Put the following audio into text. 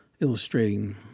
illustrating